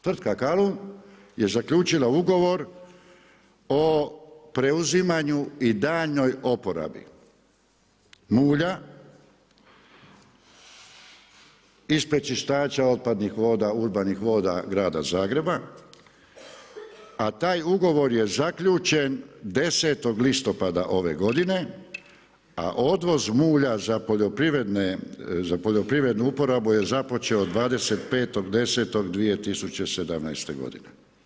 Tvrtka Kalun je zaključila ugovor o preuzimanju i daljnjoj oporabi mulja iz pročistača otpadnih voda, urbanih voda grada Zagreba a taj ugovor je zaključen 10. listopada ove godine a odvoz mulja za poljoprivrednu uporabu je započeo 25.10.2017. godine.